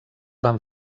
van